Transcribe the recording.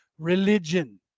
Religion